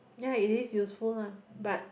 ya it is useful ah but